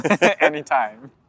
Anytime